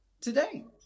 today